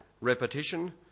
repetition